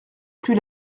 plus